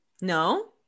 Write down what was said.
No